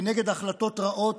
כנגד החלטות רעות,